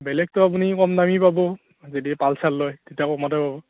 বেলেগতো আপুনি কম দামী পাব যদি পালছাৰ লয় তেতিয়া কমতে পাব